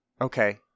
okay